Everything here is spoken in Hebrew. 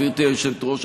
גברתי היושבת-ראש,